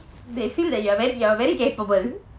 they feel that you are very you are very capable